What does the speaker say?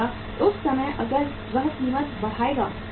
उस समय अगर वह कीमत बढ़ाएगा तो क्या होगा